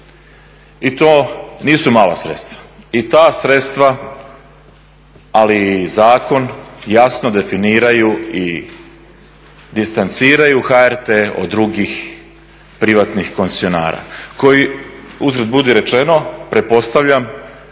i to nisu mala sredstva. I ta sredstva ali i zakon jasno definiraju i distanciraju HRT od drugih privatnih koncesionara koji uzgred budi rečeno, pretpostavljam